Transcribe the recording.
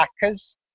hackers